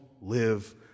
live